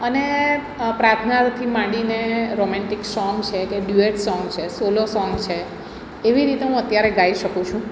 અને પ્રાર્થનાથી માંડીને રોમેન્ટિક સોંગ્સ છે કે ડ્યુએટ સોંગ છે સોલો સોંગ છે એવી રીતે હું અત્યારે ગાઈ શકું છું